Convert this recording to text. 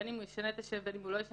בין אם הוא ישנה את השם ובין אם לא,